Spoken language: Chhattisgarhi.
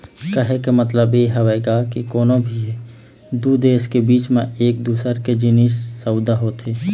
कहे के मतलब ये हवय गा के कोनो भी दू देश के बीच म एक दूसर के जिनिस के सउदा होथे